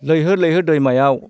लैहोर लैहोर दैमायाव